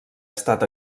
estat